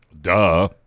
Duh